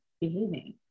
behaving